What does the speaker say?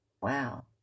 Wow